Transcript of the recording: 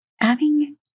adding